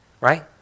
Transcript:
right